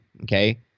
Okay